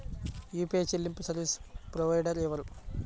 UPI చెల్లింపు service provider ఎవరు?